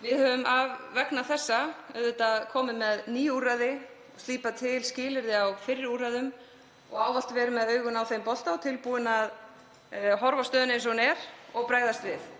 Við höfum vegna þess komið með ný úrræði, slípað til skilyrði í fyrri úrræðum og ávallt verið með augun á þeim bolta, tilbúin að horfa á stöðuna eins og hún er og bregðast við.